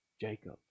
Jacob